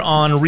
on